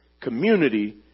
Community